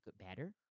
better